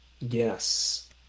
Yes